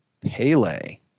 Pele